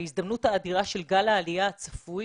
ההזדמנות האדירה של גל העלייה הצפוי